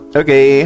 okay